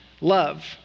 love